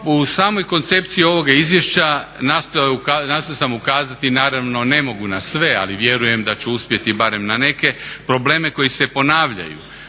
U samoj koncepciji ovoga izvješća nastojao sam ukazati, naravno ne mogu na sve ali vjerujem da ću uspjeti barem na neke, probleme koji se ponavljaju,